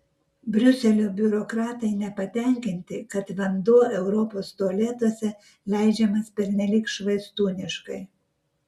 briuselio biurokratai nepatenkinti kad vanduo europos tualetuose leidžiamas pernelyg švaistūniškai